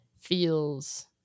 feels